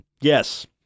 yes